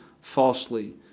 falsely